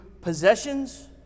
possessions